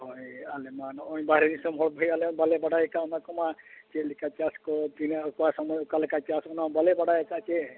ᱦᱳᱭ ᱟᱞᱮ ᱢᱟ ᱱᱚᱜᱼᱚᱸᱭ ᱵᱟᱨᱦᱮ ᱫᱤᱥᱚᱢ ᱠᱷᱚᱡ ᱟᱞᱮ ᱦᱚᱸ ᱵᱟᱞᱮ ᱵᱟᱲᱟᱭ ᱠᱟᱜᱼᱟ ᱚᱱᱟ ᱠᱚᱢᱟ ᱪᱮᱫ ᱞᱮᱠᱟ ᱪᱟᱥ ᱠᱚ ᱛᱤᱱᱟᱹᱜ ᱚᱠᱟ ᱥᱚᱢᱚᱭ ᱚᱠᱟ ᱞᱮᱠᱟ ᱪᱟᱥ ᱚᱱᱟ ᱵᱟᱞᱮ ᱵᱟᱰᱟᱭ ᱠᱟᱜᱼᱟ ᱪᱮ